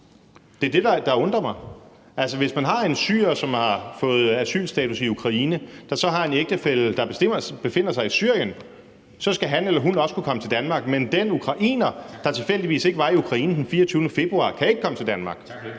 Det er det, der undrer mig. Altså, en ægtefælle til en syrer, der har fået asylstatus i Ukraine, som så befinder sig i Syrien, skal også kunne komme til Danmark, men den ukrainer, der tilfældigvis ikke var i Ukraine den 24. februar, kan ikke komme til Danmark.